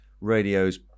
Radio's